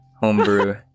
Homebrew